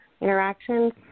interactions